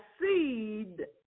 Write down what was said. seed